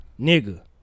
Nigga